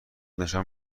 نشان